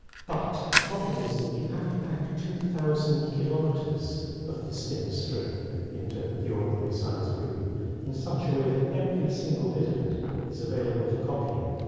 but the problem is that it would have to pack two thousand kilometres of this thin string into the ordinary sized room in such a way that every single bit of it is available for copying,